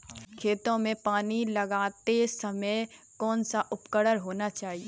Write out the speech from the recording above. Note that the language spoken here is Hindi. खेतों में पानी लगाते समय कौन सा उपकरण होना चाहिए?